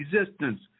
existence